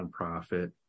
nonprofit